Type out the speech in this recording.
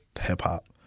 hip-hop